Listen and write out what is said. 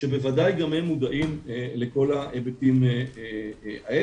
שבוודאי גם הם מודעים לכל ההיבטים האלה.